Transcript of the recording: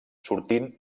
sortint